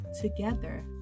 together